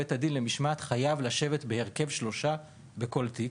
בית הדין למשמעת חייב לשבת בהרכב של שלושה בכל תיק.